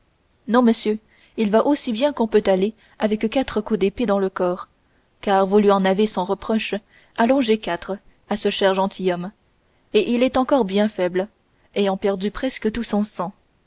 non monsieur il va aussi bien qu'on peut aller avec quatre coups d'épée dans le corps car vous lui en avez sans reproche allongé quatre à ce cher gentilhomme et il est encore bien faible ayant perdu presque tout